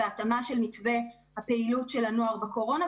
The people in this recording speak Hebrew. גם התאמה של מתווה הפעילות של הנוער בקורונה,